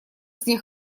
сне